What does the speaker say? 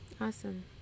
Awesome